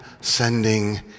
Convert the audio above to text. sending